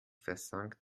versank